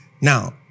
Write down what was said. Now